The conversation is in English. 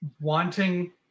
wanting